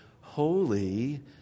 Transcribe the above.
holy